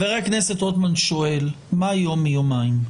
חבר הכנסת רוטמן שואל מה יום מיומיים.